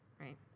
right